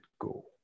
go